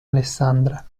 alessandra